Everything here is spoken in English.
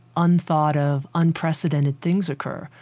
un-thought of, unprecedented things occur.